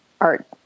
art